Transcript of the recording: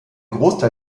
großteil